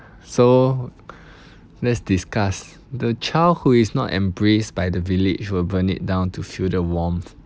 so let's discuss the child who is not embraced by the village will burn it down to feel the warmth